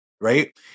right